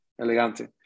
Elegante